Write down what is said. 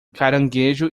caranguejo